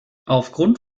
aufgrund